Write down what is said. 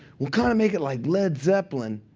well, kind of make it like led zeppelin.